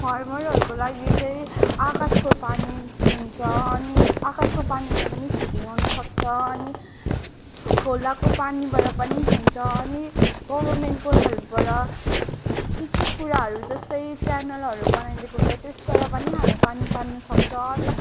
फर्मरहरूको लागि चाहिँ आकाशको पानी हुन्छ अनि आकाशको पानीले पनि खेती गर्नु सक्छ अनि खोलाको पानीबाट पनि हुन्छ अनि गभर्मेन्टको हेल्पबाट के के कुराहरू जस्तै च्यानलहरू बनाइदेको हुन्छ तेसबड पनि हामी पानी तान्नु सक्छ अन्त